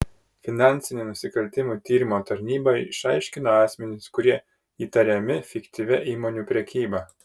finansinių nusikaltimų tyrimo tarnyba išaiškino asmenis kurie įtariami fiktyvia įmonių prekyba